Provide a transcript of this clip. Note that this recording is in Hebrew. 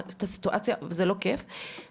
הסוגיה אם תהיה איפה קבוצות,